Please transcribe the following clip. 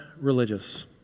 religious